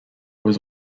was